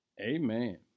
amen